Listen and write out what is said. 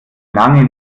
lange